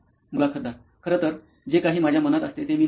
मुलाखतदार खरतर जे काही माझ्या मनात असते ते मी लिहीतो